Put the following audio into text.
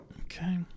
Okay